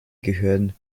gehören